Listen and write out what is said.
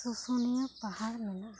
ᱥᱩᱥᱩ ᱱᱤᱭᱟᱹ ᱯᱟᱦᱟᱲ ᱢᱮᱱᱟᱜ ᱟ